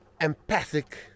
empathic